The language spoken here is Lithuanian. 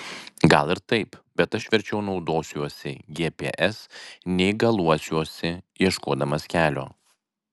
gal ir taip bet aš verčiau naudosiuosi gps nei galuosiuosi ieškodamas kelio